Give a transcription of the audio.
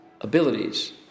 abilities